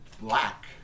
Black